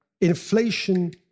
inflation